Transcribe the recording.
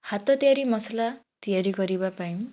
ହାତ ତିଆରି ମସଲା ତିଆରି କରିବା ପାଇଁ